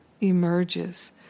emerges